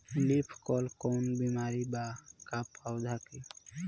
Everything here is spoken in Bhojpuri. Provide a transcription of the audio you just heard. लीफ कल कौनो बीमारी बा का पौधा के?